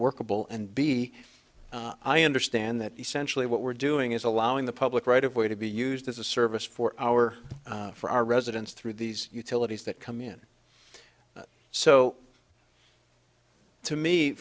workable and b i understand that essentially what we're doing is allowing the public right of way to be used as a service for our for our residents through these utilities that come in so to me